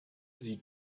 sie